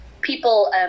people